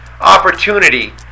opportunity